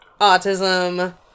autism